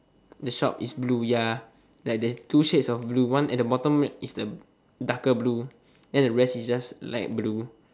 the shop is blue ya like there's two shades of blue one at the bottom is the darker blue then the rest is just light blue